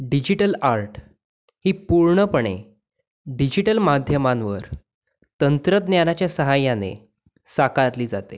digital art ही पूर्णपणे digital माध्यमांवर तंत्रज्ञानाच्या सहाय्याने साकारली जाते